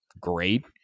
great